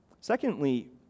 Secondly